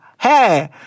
Hey